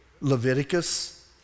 Leviticus